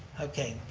okay,